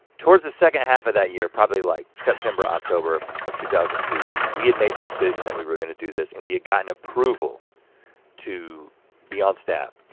towards the second half of that year, probably like september, october of two thousand and two, we had made the decision that we were gonna do this and we had gotten approval to be on staff.